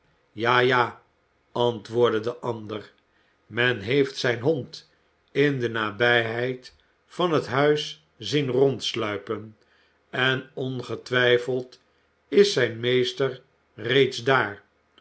ja ja antwoordde de ander men heeft zijn hond in de nabijheid van het huis zien rondsluipen en ongetwijfeld is zijn meester reeds daar